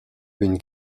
une